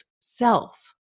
self